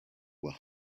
were